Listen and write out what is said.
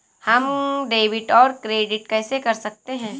हम डेबिटऔर क्रेडिट कैसे कर सकते हैं?